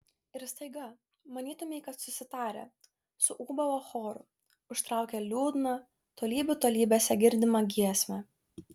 ir staiga manytumei kad susitarę suūbavo choru užtraukė liūdną tolybių tolybėse girdimą giesmę